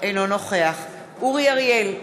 אינו נוכח אורי אריאל,